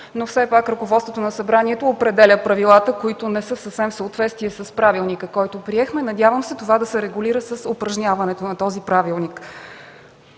но все пак ръководството на Събранието определя правилата, които не са съвсем в съответствие с правилника, който приехме. Надявам се това да се регулира с упражняването на този правилник.